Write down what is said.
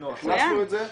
הכנסנו את זה,